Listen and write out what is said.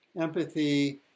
empathy